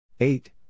Eight